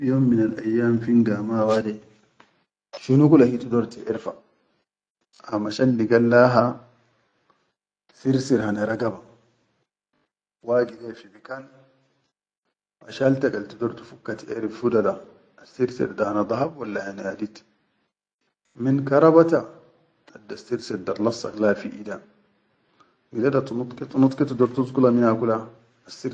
Fi yom minal ayyam fingama wade shuna kula hi tudor tiʼarfa ha mashat ligat laha sirsir hana ragaba wagi le fi bikan, wa shalta gal tudor tufukka tiʼerif hudada assirsir hana dahab walla han hadid, min karabataa daddassirsir dallassak la fi eida, gide da tinud ke tinud ke tidur tuzgula mina kula.